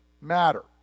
matter